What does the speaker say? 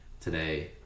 Today